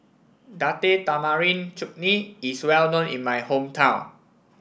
Date Tamarind Chutney is well known in my hometown